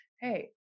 hey